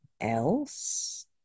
else